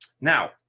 Now